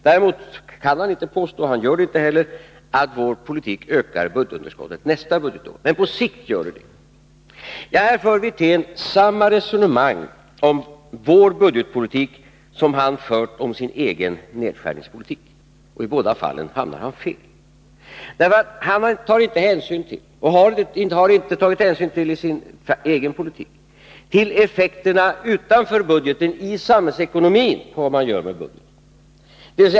Däremot kan han inte påstå, och det gör han inte | 10 juni 1982 heller, att vår politik ökar budgetunderskottet nästa budgetår — men på sikt ———— 2" skulle det då göra detta; Den ekonomiska Rolf Wirtén för samma resonemang om vår budgetpolitik som han fört om politiken, m.m. sin egen nedskärningspolitik. I båda fallen hamnar han fel. Han tar inte hänsyn och har inte i sin egen politik tagit hänsyn till effekterna utanför budgeten i samhällsekonomin.